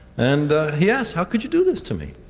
and he asked, how could you do this to me?